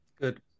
Good